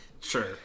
Sure